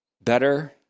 better